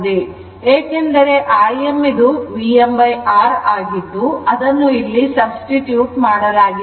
ಏಕೆಂದರೆ Im VmR ಆಗಿದ್ದು ಅದನ್ನು ಇಲ್ಲಿ ಸಬ್ಸ್ಟಿಟ್ಯೂಟ್ ಮಾಡಲಾಗಿದೆ